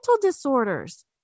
disorders